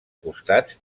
costats